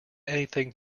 anything